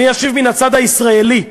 אני אשיב מהצד הישראלי,